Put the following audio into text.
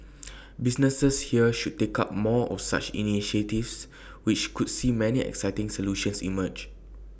businesses here should take up more of such initiatives which could see many exciting solutions emerge